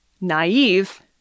naive